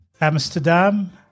Amsterdam